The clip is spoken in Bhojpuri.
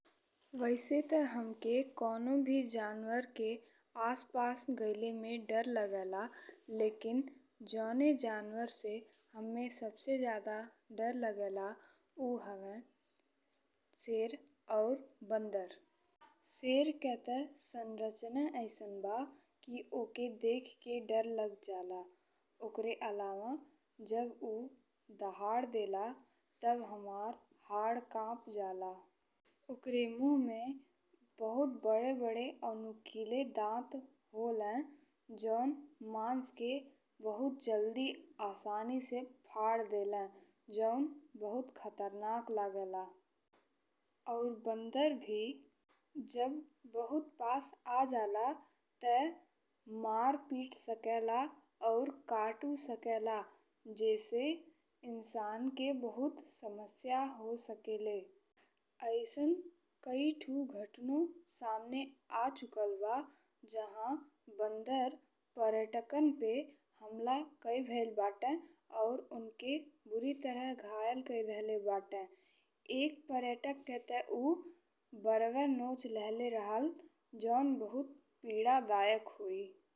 वैसे ते हमके कोनो भी जानवर के आस पास गइल में डर लागेला लेकिन जउन जानवर से हम्मे सबसे ज्यादा डर लागेला उ हवे सेर और बंदर। सेर के ते संरचना अइसन बा कि ओके देख के डर लागी जाला। ओकरे अलावा जब उ दहाड़ देला तब हमार हाड़ काप जाला। ओकरे मुँह में बहुत बड़े बड़े और नुकीले दाँत होले। जउन माँस के बहुत जल्दी आसानी से फाड़ देले जउन बहुत खतरनाक लागेला और बंदर भी जब बहुत पास आ जाला ते मार पीट सकेला और काटू सकेला। जइसे इंसान के बहुत समस्या हो सकेले। अइसन कई ठो घटना सामने आ चुकल बा जहाँ बंदर पर्यटकन पे हमला कई भइल बाटे और ओनके बुरी तरह घायल कई देहले बाटे। एक पर्यटक के ते उ बर्वे नोचि लेहले रहल जउन बहुत पीड़ादायक होइ।